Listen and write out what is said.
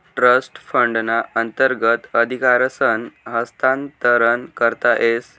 trust फंडना अंतर्गत अधिकारसनं हस्तांतरण करता येस